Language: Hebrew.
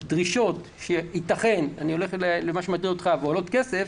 דרישות שייתכן ועולות כסף אני הולך אל מה שמטריד אותך יקוצצו,